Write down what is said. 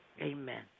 Amen